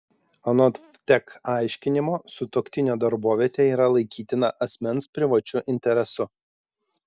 anot vtek aiškinimo sutuoktinio darbovietė yra laikytina asmens privačiu interesu